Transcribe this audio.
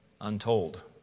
untold